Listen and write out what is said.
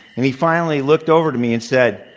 and he finally looked over to me and said,